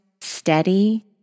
steady